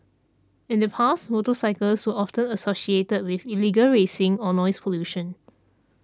in the past motorcycles were often associated with illegal racing or noise pollution